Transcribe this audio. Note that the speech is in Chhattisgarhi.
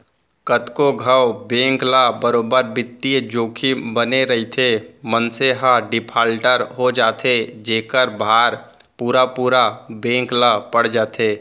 कतको घांव बेंक ल बरोबर बित्तीय जोखिम बने रइथे, मनसे ह डिफाल्टर हो जाथे जेखर भार पुरा पुरा बेंक ल पड़ जाथे